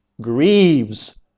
grieves